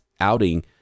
outing